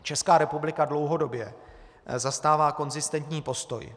Česká republika dlouhodobě zastává konzistentní postoj.